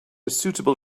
suitable